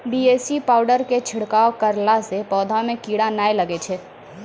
BAC powder के छिड़काव करला से पौधा मे कीड़ा नैय लागै छै?